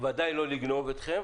ודאי לא לגנוב אתכם